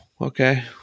okay